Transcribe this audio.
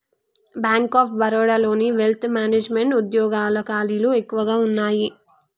bank of బరోడాలోని wealth management వుద్యోగాల ఖాళీలు ఎక్కువగా వున్నయ్యి